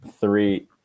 three